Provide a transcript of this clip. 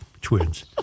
Twins